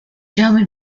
german